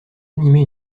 animé